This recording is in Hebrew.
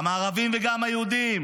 גם הערבים וגם היהודים